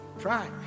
try